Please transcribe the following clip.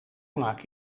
maak